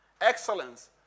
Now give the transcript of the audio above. excellence